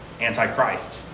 Antichrist